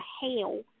hell